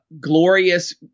glorious